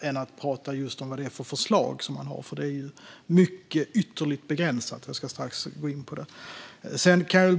än att prata om vad det är för förslag han har, som ju är ytterligt begränsat. Jag ska strax gå in på det.